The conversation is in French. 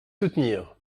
soutenir